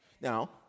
Now